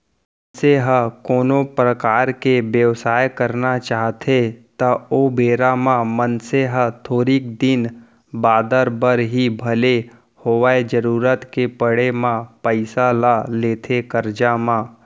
मनसे ह कोनो परकार के बेवसाय करना चाहथे त ओ बेरा म मनसे ह थोरिक दिन बादर बर ही भले होवय जरुरत के पड़े म पइसा ल लेथे करजा म